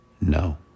No